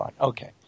Okay